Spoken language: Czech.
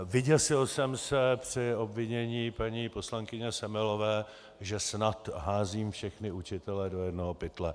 Vyděsil jsem se při obvinění paní poslankyně Semelové, že snad házím všechny učitele do jednoho pytle.